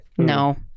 No